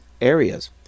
areas